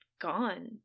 gone